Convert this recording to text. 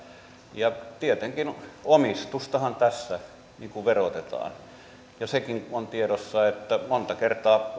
ja tietenkin omistustahan tässä verotetaan sekin on tiedossa että monta kertaa